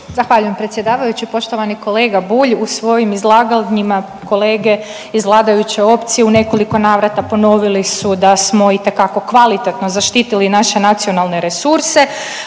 Zahvaljujem predsjedavajući. Poštovani kolega Bulj, u svojim izlaganjima kolege iz vladajuće opcije u nekoliko navrata ponovili su da smo itekako kvalitetno zaštitili naše nacionalne resurse,